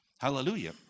Hallelujah